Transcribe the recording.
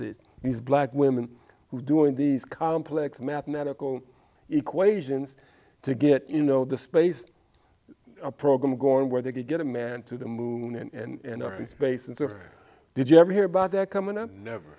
these black women doing these complex mathematical equations to get you know the space program going where they could get a man to the moon and are in space and so did you ever hear about that coming up never